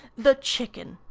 the chicken.